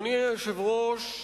אדוני היושב-ראש,